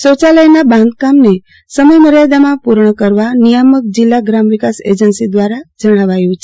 શૌચાલયના બાંધકામનો સમયમર્યાદામાં પુર્ણ કરવા નિયામક જિલ્લા ગ્રામ વિકાસ એજન્સી ભુજ કચ્છ દ્રારા જણાવાયુ છે